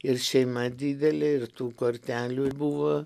ir šeima didelė ir tų kortelių buvo